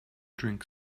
drink